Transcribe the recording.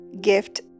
gift